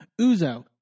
Uzo